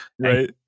Right